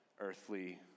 earthly